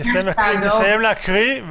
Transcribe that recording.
אנשים.